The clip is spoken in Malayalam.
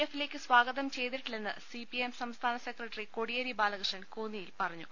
എഫിലേക്ക് സ്വാഗതം ചെയ്തിട്ടി ല്ലെന്ന് സിപിഐഎം സംസ്ഥാന സെക്രട്ടറി കോടിയേരി ബാലകൃ ഷ്ണൻ കോന്നിയിൽ പറഞ്ഞു